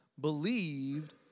believed